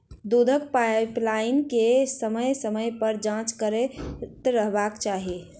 दूधक पाइपलाइन के समय समय पर जाँच करैत रहबाक चाही